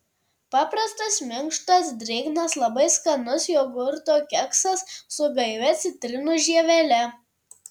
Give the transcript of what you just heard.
paprastas minkštas drėgnas labai skanus jogurto keksas su gaivia citrinos žievele